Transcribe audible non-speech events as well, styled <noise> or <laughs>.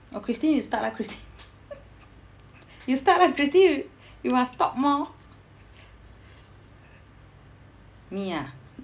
oh christine you start lah christine <laughs> you start lah christine you you must talk more me ah